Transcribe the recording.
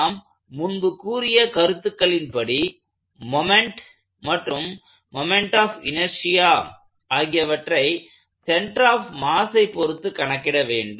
நாம் முன்பு கூறிய கருத்துக்களின் படி மொமெண்ட் மற்றும் மொமெண்ட் ஆப் இனெர்ஷியா ஆகியவற்றை சென்டர் ஆப் மாஸை பொருத்து கணக்கிட வேண்டும்